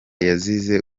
yazize